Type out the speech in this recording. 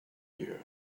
you